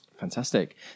Fantastic